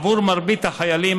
עבור מרבית החיילים,